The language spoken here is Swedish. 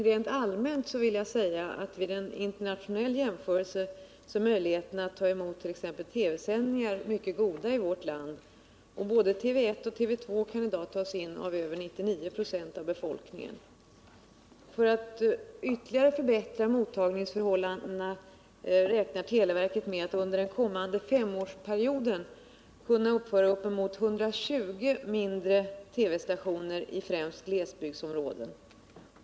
Rent allmänt vill jag säga att en internationell jämförelse visar att möjligheterna att ta emot TV-sändningar är mycket goda i vårt land. Både TV 1 och TV 2 kan i dag tas in av över 99 96 av befolkningen. För att ytterligare förbättra mottagningsförhållandena räknar televerket med att under den kommande femårsperioden kunna uppföra upp emot 120 mindre TV stationer i främst glesbygdsområden.